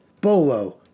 Bolo